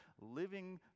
living